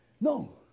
no